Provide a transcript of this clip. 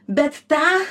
bet tą